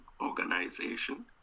organization